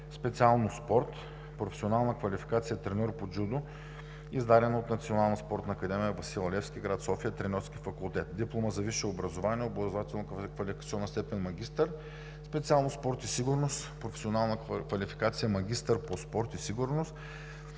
специалност „Спорт“; професионална квалификация „треньор по джудо“, издадена от Националната спортна академия „Васил Левски“ – град София, Треньорски факултет; диплома за висше образование с образователна квалификационна степен „магистър“, специалност „Спорт и сигурност“; професионална квалификация „магистър по спорт и сигурност“,